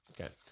Okay